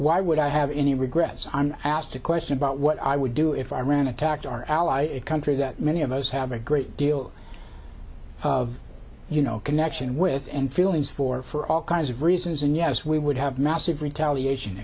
why would i have any regrets i asked a question about what i would do if iran attacked our ally countries that many of us have a great deal of you know connection with and feelings for for all kinds of reasons and yes we would have massive retaliation